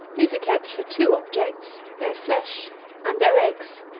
these are kept for two objects their flesh and their eggs.